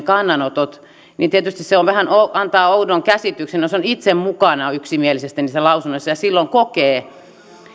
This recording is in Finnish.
kannanotot niin tietysti se vähän antaa oudon käsityksen jos on itse mukana yksimielisesti niissä lausunnoissa ja silloin kokee